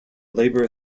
labour